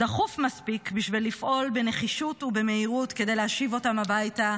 דחוף מספיק בשביל לפעול בנחישות ובמהירות כדי להשיב אותם הביתה,